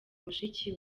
mushiki